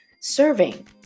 serving